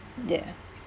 ya